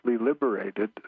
liberated